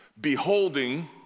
Beholding